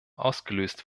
ausgelöst